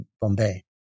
Bombay